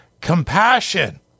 compassion